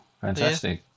fantastic